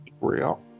real